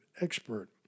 expert